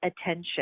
attention